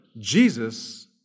Jesus